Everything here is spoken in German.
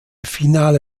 finale